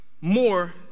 more